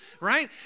right